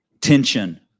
tension